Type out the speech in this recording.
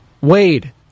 Wade